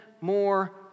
more